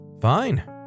Fine